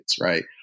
right